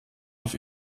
auf